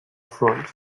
front